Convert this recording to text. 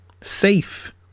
safe